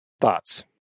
Thoughts